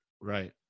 Right